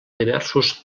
diversos